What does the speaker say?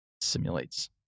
simulates